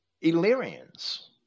Illyrians